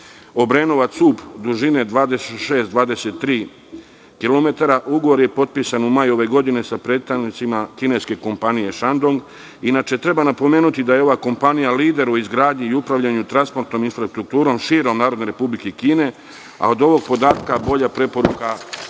Obrenovac-Ub, dužine 26, 23 kilometara. Ugovor je potpisan u maju ove godine sa predstavnicima kineske kompanije „Šandong“. Inače, treba napomenuti da je ova kompanija lider u izgradnji i upravljanju transportom i infrastrukturom širom Narodne Republike Kine, a od ovog podatka bolja preporuka nije